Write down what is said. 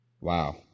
wow